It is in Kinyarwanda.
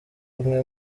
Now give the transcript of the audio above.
bamwe